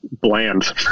bland